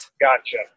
Gotcha